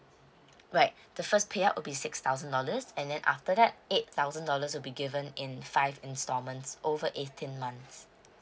right the first payout will be six thousand dollars and then after that eight thousand dollars will be given in five instalments over eighteen months